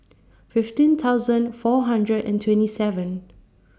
fifteen thousand four hundred and twenty seven